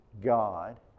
God